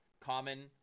Common